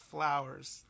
Flowers